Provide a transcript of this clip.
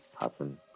happen